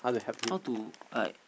how to like